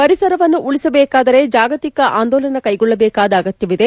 ಪರಿಸರವನ್ನು ಉಳಿಸಬೇಕಾದರೆ ಜಾಗತಿಕ ಆಂದೋಲನ ಕೈಗೊಳ್ಳಬೇಕಾದ ಅಗತ್ತವಿದೆ